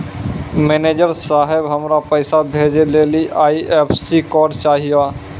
manager साहब, हमरा पैसा भेजै लेली आई.एफ.एस.सी कोड चाहियो